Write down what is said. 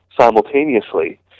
simultaneously